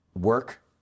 work